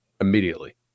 immediately